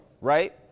right